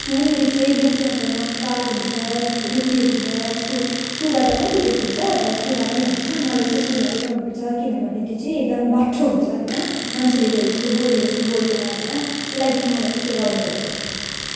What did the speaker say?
यहाँनिर चाहिँ बेसी मात्रामा काग हुन्छ रुपी हुन्छ सुग् सुगा त कम्ती देखिन्छ तर सुगा पनि हुन्छ मलाई चाहिँ सुगा पुरा मनपर्छ किनभने त्यो चाहिँ एकदम बाठो हुन्छ होइन मान्छेले गरेको जस्तो बोल्ने जस्तो बोल्छ होइन त्यही लागि चाहिँ मलाई चाहिँ सुगा मनपर्छ